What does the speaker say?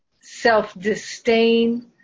self-disdain